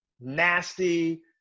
nasty